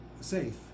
safe